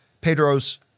Pedro's